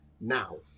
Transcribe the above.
now